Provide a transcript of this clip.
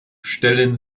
stellen